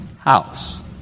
house